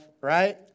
right